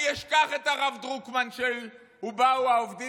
אני אשכח את הרב דרוקמן של "ובאו האֹבדים